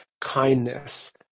kindness